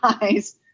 guys